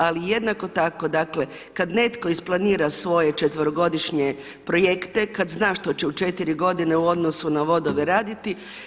Ali jednako tako dakle kada netko isplanira svoje četverogodišnje projekte, kada zna što će u 4 godine u odnosu na vodove raditi.